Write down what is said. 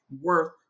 worth